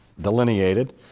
delineated